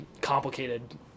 complicated